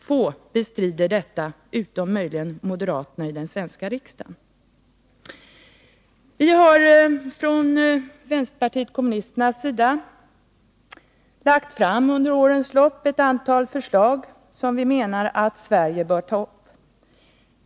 Få bestrider detta — utom möjligen moderaterna i den svenska riksdagen. Vpk har under årens lopp lagt fram ett antal förslag som vi menar att Sverige bör ta upp.